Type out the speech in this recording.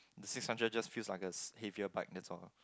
the six hundred just feels like a heavier bike that's all